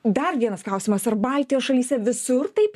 dar vienas klausimas ar baltijos šalyse visur taip